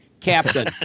Captain